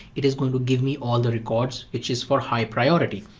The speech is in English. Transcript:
it is going to give me all the records which is for high priority.